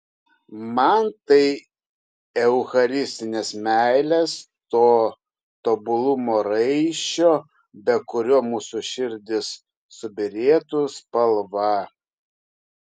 man tai eucharistinės meilės to tobulumo raiščio be kurio mūsų širdys subyrėtų spalva